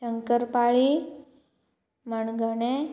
शंकरपाळी मणगणे